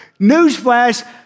Newsflash